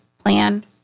plan